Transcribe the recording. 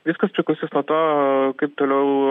viskas priklausys nuo to kaip toliau